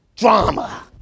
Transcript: drama